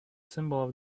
symbols